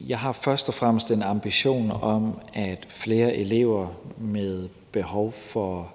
Jeg har først og fremmest en ambition om, at flere elever med behov for